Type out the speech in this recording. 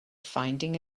finding